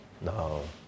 No